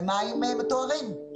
במים מטוהרים,